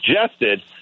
suggested